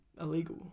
Illegal